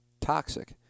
toxic